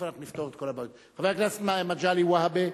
חבר הכנסת מגלי והבה,